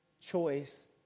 choice